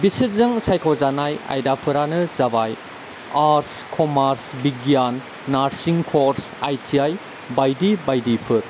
बिसोरजों सायख'जानाय आयदाफोरानो जाबाय आर्ट्स कमार्स बिगियान नार्सिं कर्स आइटिआइ बायदि बायदिफोर